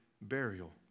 burial